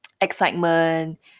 excitement